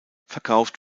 verkauft